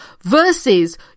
versus